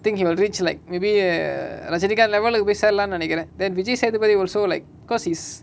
think he will reach like maybe err rajanikhanth level கு போய் சேரலானு நெனைகுரன்:ku poai seralaanu nenaikuran then vijaysethupathi also like because his